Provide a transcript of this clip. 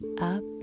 up